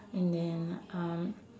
and then um